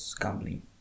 gambling